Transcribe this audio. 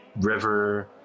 river